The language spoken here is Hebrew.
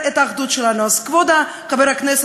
אתם עשירים אז תבנו לכם מקוואות?